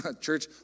church